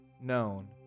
known